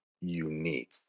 unique